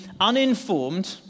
uninformed